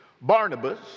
Barnabas